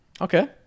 Okay